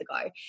ago